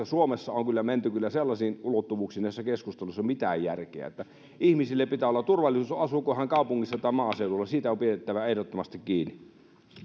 suomessa on tässä menty kyllä sellaisiin ulottuvuuksiin että näissä keskusteluissa ei ole mitään järkeä ihmisillä pitää olla turvallista asuivatpa he kaupungissa tai maaseudulla siitä on pidettävä ehdottomasti kiinni